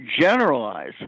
generalize